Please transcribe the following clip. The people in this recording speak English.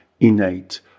innate